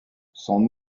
son